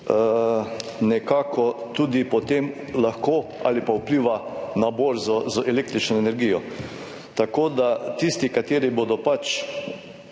nekako tudi potem lahko ali pa vpliva na borzo z električno energijo. Tako, da tisti, kateri bodo